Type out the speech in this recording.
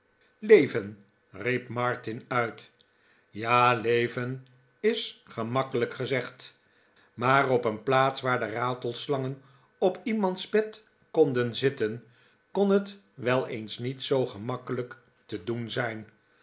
leven riep martin uit ja leven is gemakkelijk gezegd maar op een plaats waar de ratelslangen op iemands bed komen zitten kon het wel eens niet zoo gemakkelijk te doen zijn